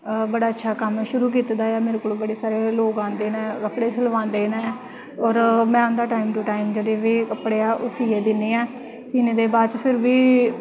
बड़ा अच्छा कम्म शुरू कीते दा ऐ मेरे कोल बड़े सारे लोग आंदे ने कपड़े सिलवांदे ने और में उं'दे टाइम टू टाइम कपड़े सीऐ दिन्नी ऐं सीने दे बाद च फिर बी